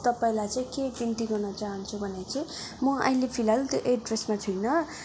तपाईँलाई चाहिँ के बिन्ती गर्न चाहन्छु भने चाहिँ म अहिले फिलहाल त्यो एड्रेसमा छुइनँ